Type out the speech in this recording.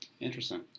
Interesting